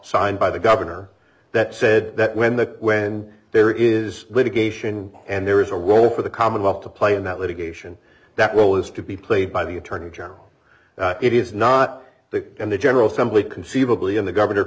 signed by the governor that said that when the when there is litigation and there is a role for the commonwealth to play in that litigation that will is to be played by the attorney general it is not the end the general assembly conceivably in the governor